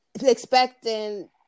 expecting